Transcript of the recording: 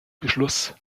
beschluss